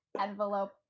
Envelope